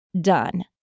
done